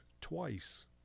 twice